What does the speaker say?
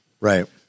Right